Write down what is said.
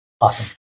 Awesome